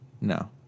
No